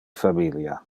familia